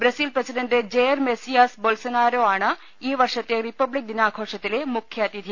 Brazil president Jair Messias Bolsonaro ആണ് ഈ വർഷ്ടത്തെ റിപ്പബ്ലിക് ദിനാഘോഷത്തിലെ മുഖ്യാതിഥി